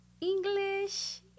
English